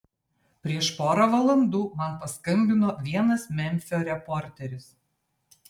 prieš porą valandų man paskambino vienas memfio reporteris